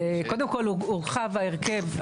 קודם כל, הורחב ההרכב.